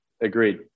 Agreed